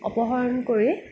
অপহৰণ কৰি